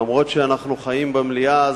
אף-על-פי שאנחנו חיים במליאה,